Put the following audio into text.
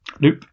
nope